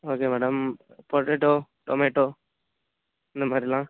okay madam potato tomato இந்த மாதிரிலாம்